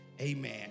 amen